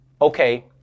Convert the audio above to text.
Okay